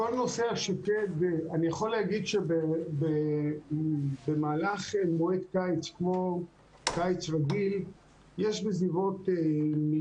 אני יכול להגיד שבמהלך מועד קיץ רגיל יש בסביבות 1.2